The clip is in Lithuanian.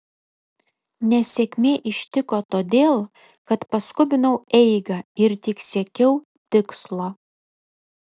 nesėkmė ištiko todėl kad paskubinau eigą ir tik siekiau tikslo